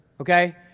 okay